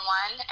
one